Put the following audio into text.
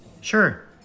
Sure